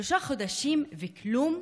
שלושה חודשים, וכלום?